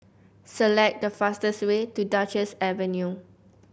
select the fastest way to Duchess Avenue